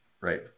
right